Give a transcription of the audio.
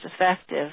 effective